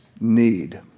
need